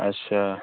अच्छा